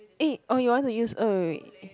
eh or you want to use oh wait wait